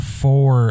four